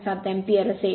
7o ampere असेल